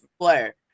player